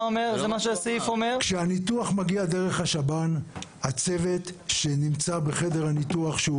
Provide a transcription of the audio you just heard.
כשהניתוח מגיע דרך השב"ן הצוות שנמצא בחדר הניתוח,